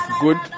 good